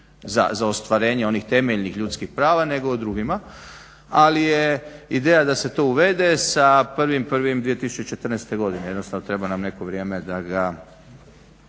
za ostvarenje onih temeljnih ljudskih prava nego o drugima, ali je ideja da se to uvede sa 1.1.2014. godine. Jednostavno treba nam neko vrijeme da ga